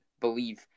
believe